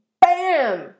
Bam